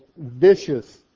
vicious